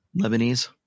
Lebanese